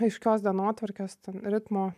aiškios dienotvarkės ritmo